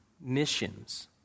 missions